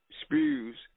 spews